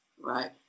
Right